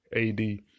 ad